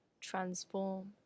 transform